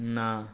ନା